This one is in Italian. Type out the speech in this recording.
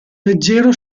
leggero